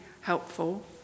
helpful